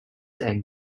and